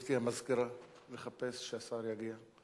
גברתי המזכירה, לחפש, שהשר יגיע.